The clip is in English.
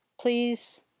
please